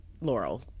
Laurel